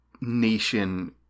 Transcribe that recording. nation